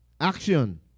action